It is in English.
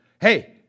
hey